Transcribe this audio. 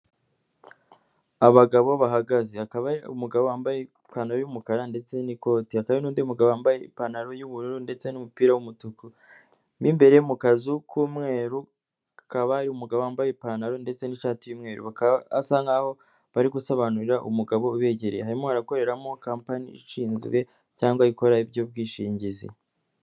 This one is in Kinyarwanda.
Abagabo bahagaze, hakaba umugabo wambaye ipantaro y'umukara ndetse n'ikoti hakaba hari nundi mugabo wambaye ipantaro y'ubururu ndetse n'umupira w'umutuku .Mw'imbere mu kazu k'umweru hakaba umugabo wambaye ipantaro ndetse n'ishati n'umweru asa nkaho bari gusobanurira umugabo ubegereye harimo harakoreramo company ishinzwe cyangwa ikora iby'ubwishingizi.